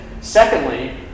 Secondly